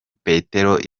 petero